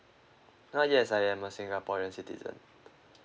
ah yes I am a singaporean citizen